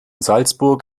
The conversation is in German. salzburg